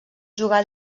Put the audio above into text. jugà